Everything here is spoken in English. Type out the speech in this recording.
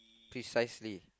precisely